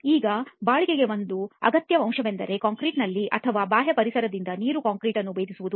ಈಗ ಬಾಳಿಕೆಗೆ ಒಂದು ಅಗತ್ಯ ಅಂಶವೆಂದರೆ ಕಾಂಕ್ರೀಟ್ನಲ್ಲಿರುವ ಅಥವಾ ಬಾಹ್ಯ ಪರಿಸರದಿಂದ ನೀರು ಕಾಂಕ್ರೀಟ್ ಅನ್ನು ಭೇದಿಸುವದು